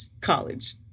college